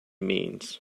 means